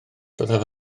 byddaf